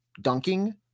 dunking